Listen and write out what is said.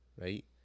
right